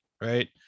right